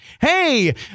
Hey